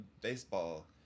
baseball